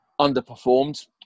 underperformed